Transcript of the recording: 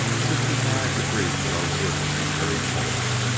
sixty-five degrees below zero is very cold.